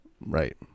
Right